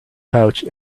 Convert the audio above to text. pouch